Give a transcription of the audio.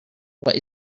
what